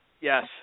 yes